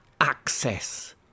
access